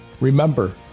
Remember